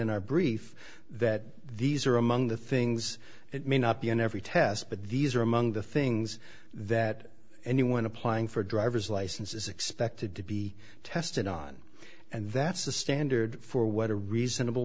in our brief that these are among the things that may not be in every test but these are among the things that anyone applying for a driver's license is expected to be tested on and that's the standard for what a reasonable